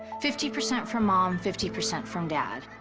fifty percent from mom, fifty percent from dad.